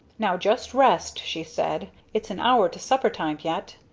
now, just rest, she said. it's an hour to supper time yet!